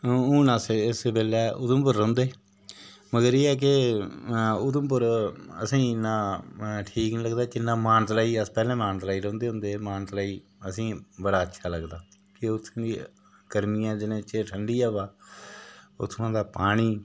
हां हून अस इस बैल्ले उधमपुर रौंह्दे मगर एह् ऐ कि उधमपुर असेंगी इन्ना ठीक नि लगदा के इन्ना मानतलाई अस पैह्ले मानतलाई रौंह्दे होंदे हे मानतलाई असेंगी बड़ा अच्छा लगदा कि उत्थुं दियें गर्मिये दे दिनें च ठंडी हवा उत्थुआं दा पानी